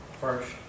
first